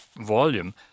volume